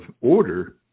order